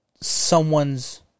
someone's